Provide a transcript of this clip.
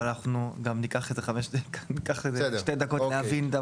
אבל אנחנו גם ניקח איזה שתי דקות להבין.